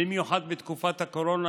במיוחד בתקופת הקורונה,